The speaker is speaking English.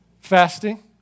Fasting